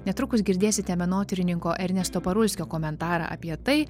netrukus girdėsite menotyrininko ernesto parulskio komentarą apie tai